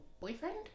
boyfriend